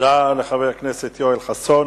תודה לחבר הכנסת יואל חסון.